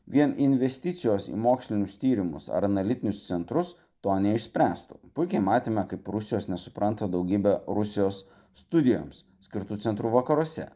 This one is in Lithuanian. vien investicijos į mokslinius tyrimus ar analitinius centrus to neišspręstų puikiai matėme kaip rusijos nesupranta daugybė rusijos studijoms skirtų centrų vakaruose